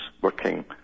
working